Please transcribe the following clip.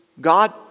God